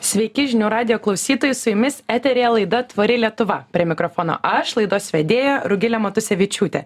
sveiki žinių radijo klausytojai su jumis eteryje laida tvari lietuva prie mikrofono aš laidos vedėja rugilė matusevičiūtė